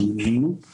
הן בגולן והן